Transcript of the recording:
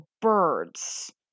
birds